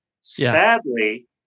Sadly